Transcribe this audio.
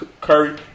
Curry